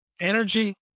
Energy